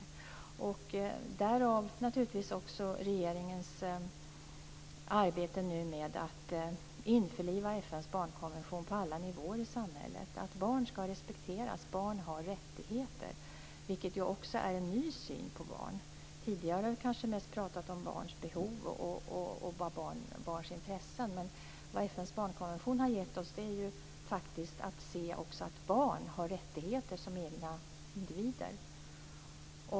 Därför arbetar naturligtvis också regeringen med att införliva FN:s barnkonvention på alla nivåer i samhället. Barn skall respekteras. Barn har rättigheter. Det är en ny syn på barn. Tidigare har vi kanske mest pratat om barns behov och intressen. Men vad FN:s barnkonvention innebär för oss är ju faktiskt att man också skall se att barn har rättigheter som egna individer.